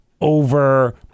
over